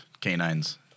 canines